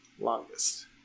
Longest